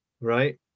right